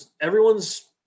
everyone's